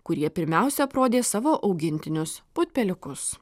kurie pirmiausia aprodė savo augintinius putpeliukus